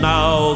Now